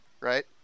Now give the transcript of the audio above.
right